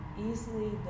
Easily